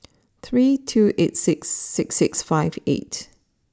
three two eight six six six five eight